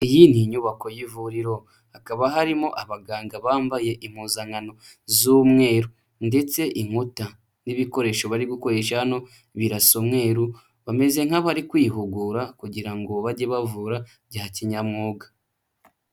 Iyi ni inyubako y'ivuriro, hakaba harimo abaganga bambaye impuzankano z'umweru ndetse inkuta n'ibikoresho bari gukoresha hano birasa umweru, bameze nk'abari kwihugura kugira ngo bajye bavura bya kinyamwuga.